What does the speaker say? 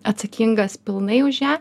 atsakingas pilnai už ją